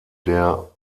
der